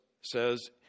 says